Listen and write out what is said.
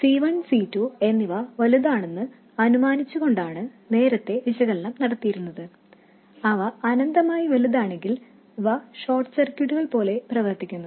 C 1 C 2 എന്നിവ വലുതാണെന്ന് അനുമാനിച്ചുകൊണ്ടാണ് നേരത്തെ വിശകലനം നടത്തിയിരുന്നത് അവ അനന്തമായി വലുതാണെങ്കിൽ അവ ഷോർട്ട് സർക്യൂട്ടുകൾ പോലെ പ്രവർത്തിക്കുന്നു